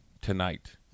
tonight